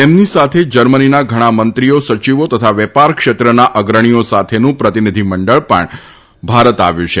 તેમની સાથે જર્મનીના ઘણા મંત્રીઓ સચિવો તથા વેપાર ક્ષેત્રના અગ્રણીઓ સાથેનું પ્રતિનિધિમંડળ પણ ભારત આવ્યું છે